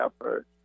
effort